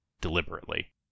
deliberately